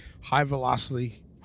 high-velocity